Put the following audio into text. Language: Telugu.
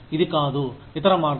ఇది కాదు ఇతర మార్గం